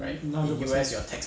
now I think